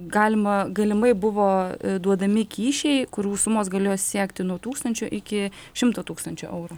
galima galimai buvo duodami kyšiai kurių sumos galėjo siekti nuo tūkstančio iki šimto tūkstančių eurų